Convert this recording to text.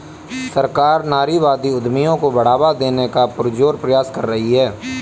सरकार नारीवादी उद्यमियों को बढ़ावा देने का पुरजोर प्रयास कर रही है